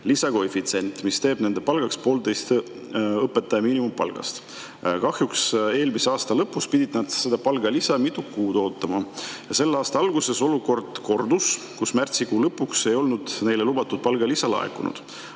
mis teeb nende palgaks poolteist õpetaja miinimumpalka. Kahjuks eelmise aasta lõpus pidid nad seda palgalisa mitu kuud ootama. Ja selle aasta alguses olukord kordus, märtsikuu lõpuks ei olnud neile lubatud palgalisa laekunud.